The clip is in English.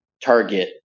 target